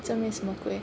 正面什么鬼